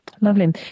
Lovely